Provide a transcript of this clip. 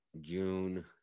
june